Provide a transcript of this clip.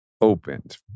opened